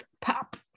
pop